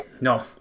No